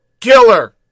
killer